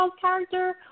character